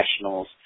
professionals